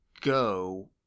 Go